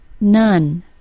None